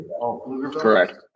Correct